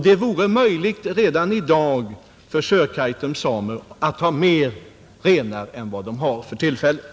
Det vore möjligt redan i dag för Sörkaitums samer att ha flera renar än de har för tillfället.